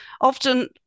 often